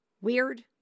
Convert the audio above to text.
weird